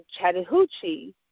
Chattahoochee